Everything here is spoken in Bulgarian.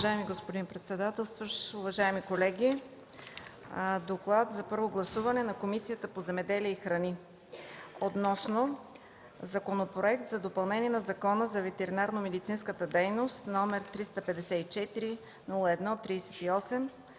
Уважаеми господин председател, уважаеми колеги! „ДОКЛАД за първо гласуване на Комисията по земеделието и храните относно Законопроект за допълнение на Закона за ветеринарномедицинската дейност, № 354-01-38,